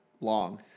long